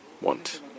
want